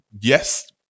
yes